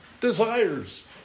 desires